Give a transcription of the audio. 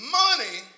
money